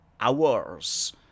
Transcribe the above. hours